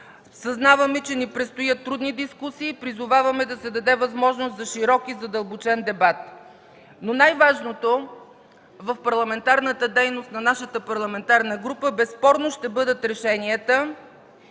Съзнаваме, че ни предстоят трудни дискусии. Призоваваме да се даде възможност за широк и задълбочен дебат. Най-важното в парламентарната дейност на нашата парламентарна група безспорно ще бъдат решенията,